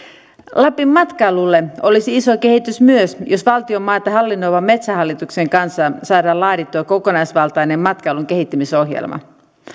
lapin matkailulle olisi iso kehitys myös jos valtionmaita hallinnoivan metsähallituksen kanssa saadaan laadittua kokonaisvaltainen matkailun kehittämisohjelma